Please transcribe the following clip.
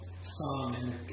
psalm